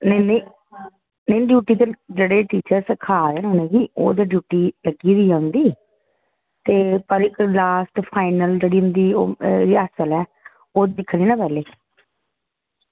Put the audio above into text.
नेईं नेईं ते जेह्ड़े टीचर ते ओह् ते ड्यूटी लग्गी दी उंदी ते कल्ल इंदी लॉ़स्ट रिहर्सल ऐ ओह् दिक्खनी ना इंदी पैह्लें